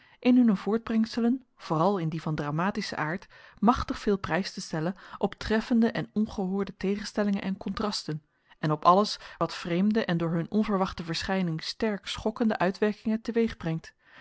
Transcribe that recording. in hunne voortbrengselen vooral in die van dramatischen aard machtig veel prijs te stellen op treffende en ongehoorde tegenstellingen en contrasten en op alles wat vreemde en door hun onverwachte verschijning sterk schokkende uitwerkingen teweegbrengt